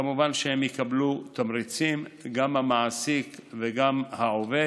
כמובן שהם יקבלו תמריצים, גם המעסיק וגם העובד,